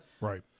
right